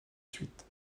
suite